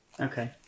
Okay